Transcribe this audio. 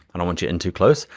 i don't want you in too close,